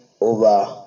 over